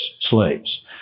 slaves